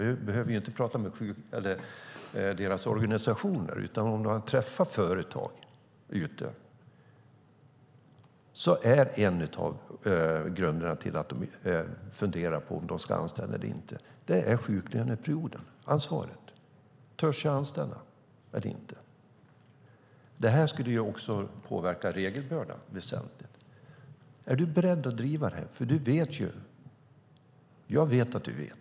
Du behöver inte tala med deras organisationer, utan om du har träffat företag ute måste du ha hört att en av grunderna till att de funderar på om de törs anställa eller inte är sjuklöneansvaret. Ett slopande av sjuklöneansvaret skulle också påverka regelbördan väsentligt. Är du beredd att driva det här? Jag vet att du vet.